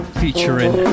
featuring